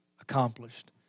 accomplished